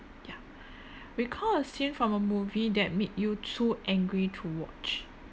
ya recall a scene from a movie that made you too angry to watch